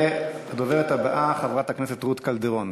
הדוברת הבאה, חברת הכנסת רות קלדרון.